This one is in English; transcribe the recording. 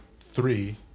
three